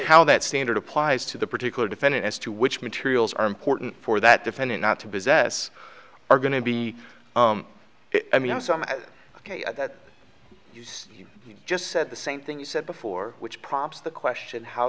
how that standard applies to the particular defendant as to which materials are important for that defendant not to business are going to be i mean ok you just said the same thing you said before which prompts the question how